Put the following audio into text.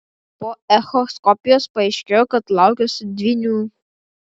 po echoskopijos paaiškėjo kad laukiuosi dvynių